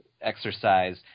exercise